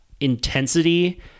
intensity